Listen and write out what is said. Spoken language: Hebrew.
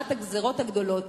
שנת הגזירות הגדולות.